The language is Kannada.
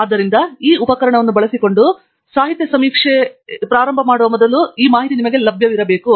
ಆದ್ದರಿಂದ ಈ ಉಪಕರಣವನ್ನು ಬಳಸಿಕೊಂಡು ಸಾಹಿತ್ಯ ಸಮೀಕ್ಷೆಯೊಂದಿಗೆ ನಿಮ್ಮ ಪ್ರಾರಂಭದ ಮೊದಲು ಈ ಮಾಹಿತಿ ಲಭ್ಯವಿರಬೇಕು